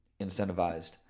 incentivized